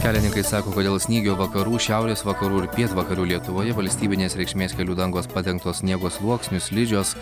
kelininkai sako kad dėl snygio vakarų šiaurės vakarų ir pietvakarių lietuvoje valstybinės reikšmės kelių dangos padengtos sniego sluoksniu slidžios